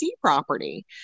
property